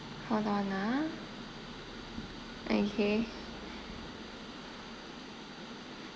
hold on ah okay